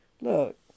Look